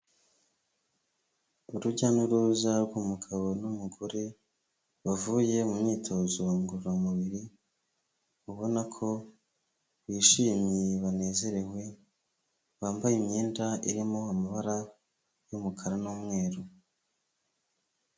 Urujya n'uruza rw'umugabo n'umugore bavuye mu myitozo ngororamubiri ubona ko bishimye banezerewe, bambaye imyenda irimo amabara y'umukara n'umweru.